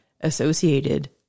associated